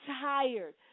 tired